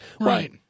right